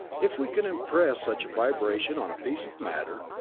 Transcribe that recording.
if we can impress such a vibration on a piece of matter,